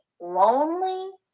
lonely